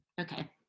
Okay